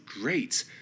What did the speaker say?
great